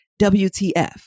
WTF